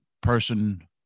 person